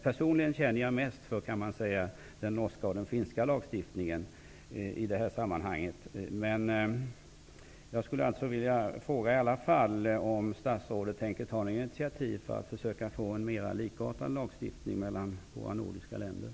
Personligen känner jag mest för den norska och den finska lagstiftningen i det här sammanhanget.